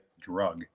drug